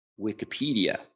Wikipedia